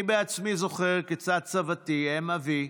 אני בעצמי זוכר כיצד סבתי, אם אבי,